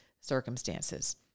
circumstances